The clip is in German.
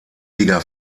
liga